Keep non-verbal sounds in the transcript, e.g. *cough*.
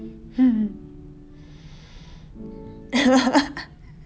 *laughs*